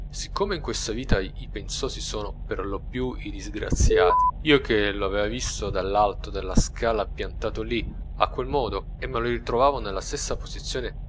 siccome in questa vita i pensosi sono per lo più i disgraziati io che lo aveva visto dall'alto della scala piantato lì a quel modo e me lo ritrovavo nella stessa posizione